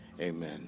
Amen